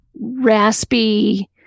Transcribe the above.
raspy